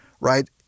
right